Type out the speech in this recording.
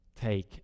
Take